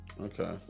Okay